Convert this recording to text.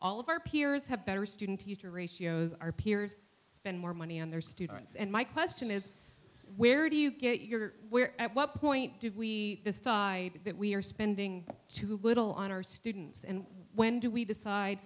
all of our peers have better student teacher ratios our peers spend more money on their students and my question is where do you get your where at what point do we decide that we're spending too little on our students and when do we decide